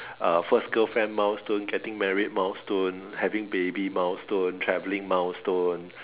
uh first girlfriend milestone getting married milestone having baby milestone travelling milestone